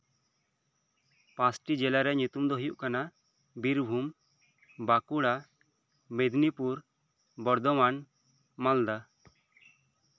ᱯᱟᱸᱪᱴᱤ ᱡᱮᱞᱟ ᱨᱮᱭᱟᱜ ᱧᱩᱛᱩᱢ ᱫᱚ ᱦᱩᱭᱩᱜ ᱠᱟᱱᱟ ᱵᱟᱸᱠᱩᱲᱟ ᱢᱮᱫᱱᱤᱯᱩᱨ ᱵᱚᱨᱫᱷᱚᱢᱟᱱ ᱢᱟᱞᱫᱟ